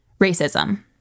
racism